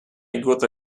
gotta